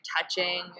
touching